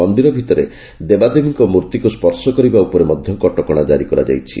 ମନ୍ଦିର ଭିତରେ ଦେବାଦେବୀଙ୍କ ମୂର୍ଭିକୁ ସ୍ୱର୍ଶ କରିବା ଉପରେ କଟକଶା ଜାରି କରାଯାଇଛି